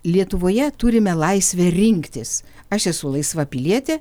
lietuvoje turime laisvę rinktis aš esu laisva pilietė